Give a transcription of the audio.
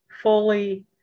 fully